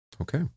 Okay